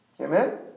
Amen